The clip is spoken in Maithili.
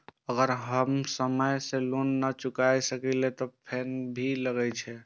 अगर हम समय से लोन ना चुकाए सकलिए ते फैन भी लगे छै?